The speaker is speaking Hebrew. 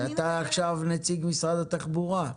אתה עכשיו נציג משרד התחבורה.